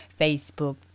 Facebook